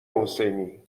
حسینی